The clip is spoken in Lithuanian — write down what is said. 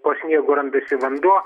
po sniegu randasi vanduo